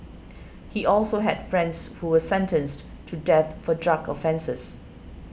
he also had friends who were sentenced to death for drug offences